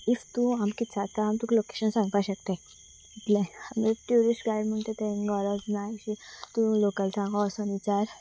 if तूं आमकां विचारता आमी तुका लोकेशन सांगपाक शकतात इतलें आमचे ट्युरिस्ट गायड म्हणटा ते तें गरज ना अशी तूं लोकल सांगो वचून विचार